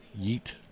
Yeet